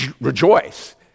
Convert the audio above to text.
rejoice